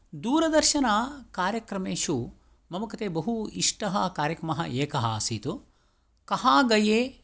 दूरदर्शनकार्यक्रमेषु मम कृते बहु इष्टः कार्यक्रमः एकः आसीतु कहा गये